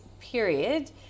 period